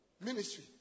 Ministry